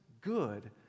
good